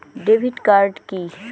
Debit card key?